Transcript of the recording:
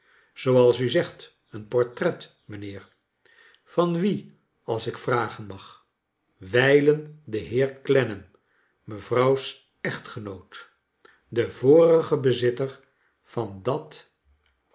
zooals u zegt een portret mijnheer van wien als ik vragen mag wijlen de heer clennam mevrouw's echtgenoot de vorige bezitter van dat